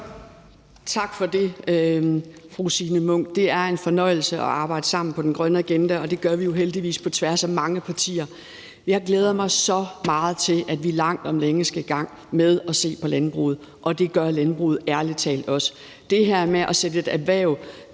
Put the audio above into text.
Tak for det, fru Signe Munk. Det er en fornøjelse at arbejde sammen på den grønne agenda, og det gør vi jo heldigvis på tværs af mange partier. Jeg glæder mig så meget til, at vi langt om længe skal i gang med at se på landbruget, og det gør landbruget ærlig talt også. Det her med at sætte et erhverv